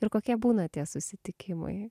ir kokie būna tie susitikimai